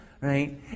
right